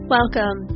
Welcome